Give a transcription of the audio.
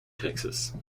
texas